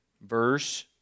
verse